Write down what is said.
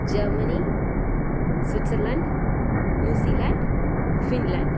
Germany Switzerland New Zealand Finland